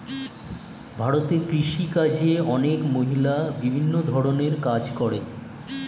ভারতে কৃষিকাজে অনেক মহিলা বিভিন্ন ধরণের কাজ করে